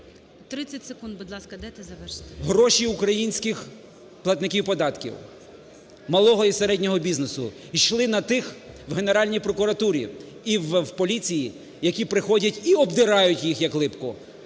30 секунд, будь ласка, дайте завершити. БЕРЕЗЮК О.Р. … гроші українських платників податків, малого і середнього бізнесу йшли на тих у Генеральній прокуратурі і в поліції, які приходять і обдирають їх, як липку.